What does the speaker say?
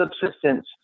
subsistence